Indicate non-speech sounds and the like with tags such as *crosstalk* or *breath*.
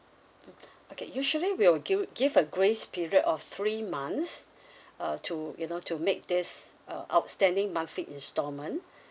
mm okay usually we'll give give a grace period of three months *breath* uh to you know to make this uh outstanding monthly instalment